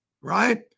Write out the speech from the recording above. right